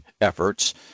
efforts